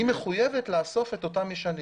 היא מחויבת לאסוף את הצמיגים הישנים.